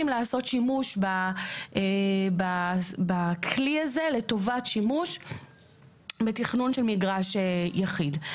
לעשות שימוש בכלי הזה לטובת שימוש בתכנון של מגרש יחיד.